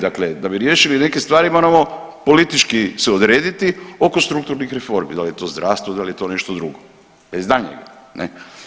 Dakle, da bi riješili neke stvari moramo politički se odrediti oko strukturnih reformi, da li je to zdravstvo, da li je to nešto drugo bez daljnjega.